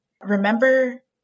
remember